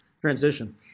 transition